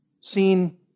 seen